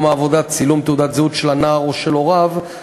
העבודה צילום תעודת זהות של הנער או של הוריו,